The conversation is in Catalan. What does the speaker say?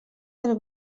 del